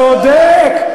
צודק.